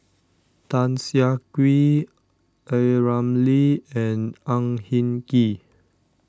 Tan Siah Kwee A Ramli and Ang Hin Kee